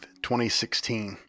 2016